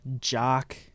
Jock